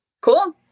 Cool